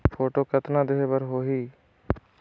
Photo कतना देहें बर होहि?